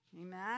Amen